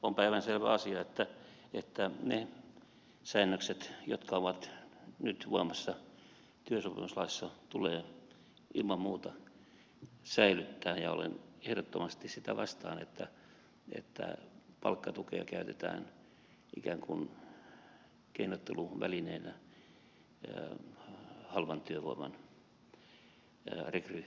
on päivänselvä asia että ne säännökset jotka ovat nyt voimassa työsopimuslaissa tulee ilman muuta säilyttää ja olen ehdottomasti sitä vastaan että palkkatukea käytetään ikään kuin keinotteluvälineenä halvan työvoiman rekrytoimiseksi